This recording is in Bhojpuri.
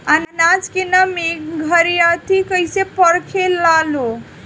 आनाज के नमी घरयीत कैसे परखे लालो?